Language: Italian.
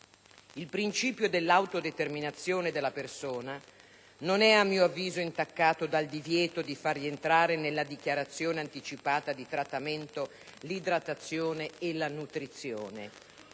Il principio dell'autodeterminazione della persona, a mio avviso, non è intaccato dal divieto di far rientrare nella dichiarazione anticipata di trattamento l'idratazione e la nutrizione.